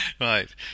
Right